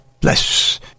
bless